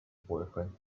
boyfriend